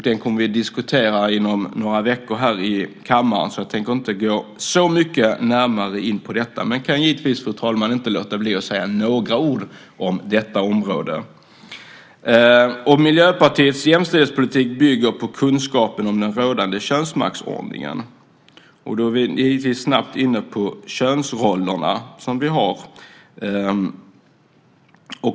Det kommer vi att diskutera inom några veckor här i kammaren, så jag tänker därför inte gå in så mycket närmare på det, men jag kan, fru talman, naturligtvis inte låta bli att säga några ord om detta område. Miljöpartiets jämställdhetspolitik bygger på kunskap om den rådande könsmaktsordningen. Då kommer vi snabbt in på de könsroller som finns.